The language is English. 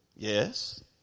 Yes